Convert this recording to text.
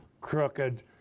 crooked